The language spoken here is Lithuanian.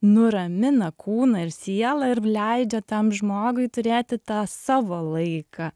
nuramina kūną ir sielą ir leidžia tam žmogui turėti tą savo laiką